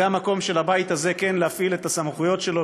זה המקום של הבית הזה להפעיל את הסמכויות שלו,